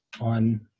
on